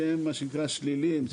שהם שליליים,